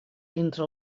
entre